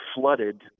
flooded